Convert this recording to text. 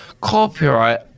Copyright